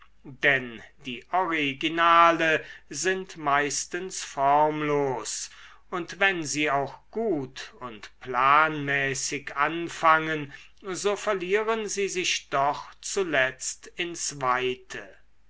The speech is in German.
denn die originale sind meistens formlos und wenn sie auch gut und planmäßig anfangen so verlieren sie sich doch zuletzt ins weite